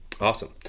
Awesome